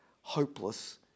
hopeless